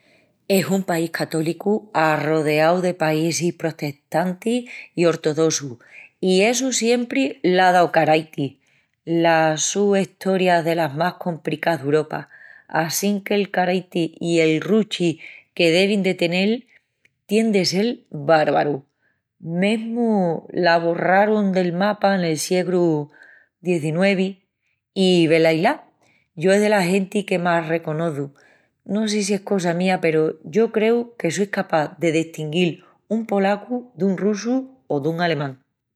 Es un país católicu arrodeau de paísis protestantis i ortodossus i essu siempri l'á dau caraiti. La su estoria delas más compricás d'Uropa. Assinque'l caraiti i el ruchi que devin de tenel tien de sel bárbaru. Mesmu l'aborrarun del mapa nel siegru XIX i velaí-la. Yo es dela genti que más reconoçu, no sé si es cosa mía peru yo creu que só escapás de destinguil un polacu dun russu o dun alemán.